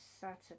Saturday